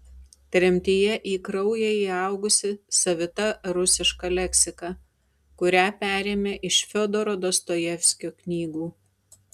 tremtyje į kraują įaugusi savita rusiška leksika kurią perėmė iš fiodoro dostojevskio knygų